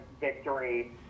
victory